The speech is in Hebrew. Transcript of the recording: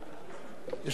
יש לנו עוד סדר-יום.